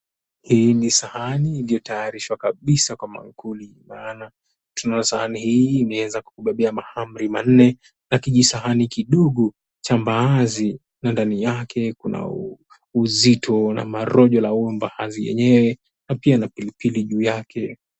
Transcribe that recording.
Hii ni sahani ilio taarisha kabisa kwa maankuli maana tunaona sahani hii imeweza kuukubebea mahamri ma nne na kijisahani kidogo cha mbahazi na ndani yake kuna uzito ama rojo la mbahazi na pia napili pili juu yake.